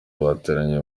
bateraniye